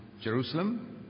Jerusalem